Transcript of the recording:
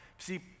See